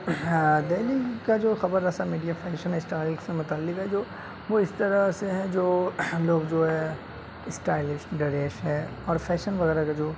ہاں دہلی کا جو خبر رساں میڈیا فیشن اسٹائل سے متعلق ہے جو وہ اس طرح سے ہے جو لوگ جو ہے اسٹائلش ڈریس ہے اور فیشن وغیرہ کا جو